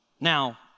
Now